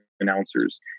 announcers